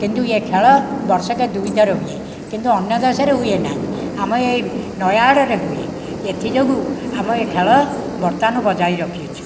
କିନ୍ତୁ ଏହି ଖେଳ ବର୍ଷକେ ଦୁଇଥର ହୁଏ କିନ୍ତୁ ଅନ୍ୟ ଦେଶରେ ହୁଏ ନାହିଁ ଆମ ଏହି ନୟ ଗଡ଼ରେ ହୁଏ ଏଥିଯୋଗୁଁ ଆମ ଏ ଖେଳ ବର୍ତ୍ତମାନ ବଜାଇ ରଖିଅଛୁ